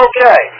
Okay